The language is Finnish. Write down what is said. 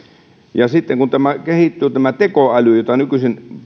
ja sitten kun kehittyy tämä tekoäly jota nykyisin